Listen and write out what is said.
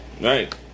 Right